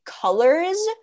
colors